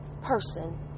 person